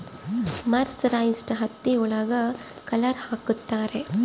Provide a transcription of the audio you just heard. mercerised ಹತ್ತಿ ಒಳಗ colour ಹಾಕುತ್ತಾರೆ